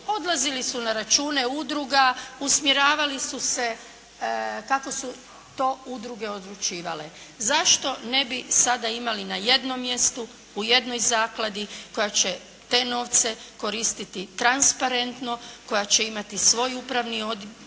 Odlazili su na račune udruga, usmjeravali su se kako su to udruge odlučivale. Zašto ne bi sada imali na jednom mjestu, u jednoj zakladi koja će te novce koristiti transparentno, koja će imati svoj upravni odbor